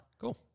Cool